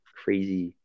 crazy